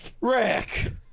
Rick